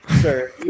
sir